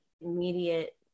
immediate